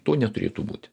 to neturėtų būti